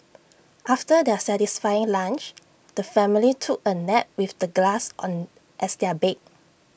after their satisfying lunch the family took A nap with the grass on as their bed